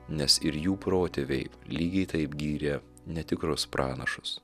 nes ir jų protėviai lygiai taip gyrė netikrus pranašus